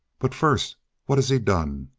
but first what has he done?